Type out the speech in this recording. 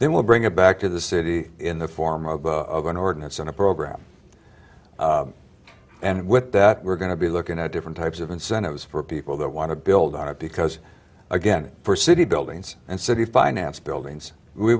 they will bring it back to the city in the form of going ordinance on a program and with that we're going to be looking at different types of incentives for people that want to build on it because again for city buildings and city finance buildings we